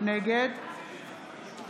נגד